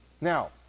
Now